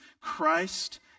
Christ